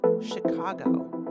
Chicago